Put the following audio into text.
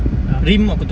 ah